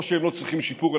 לא שהם לא צריכים שיפור,